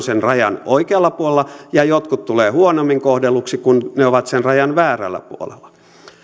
sen rajan oikealla puolella ja jotkut tulevat huonommin kohdelluiksi kun he ovat sen rajan väärällä puolella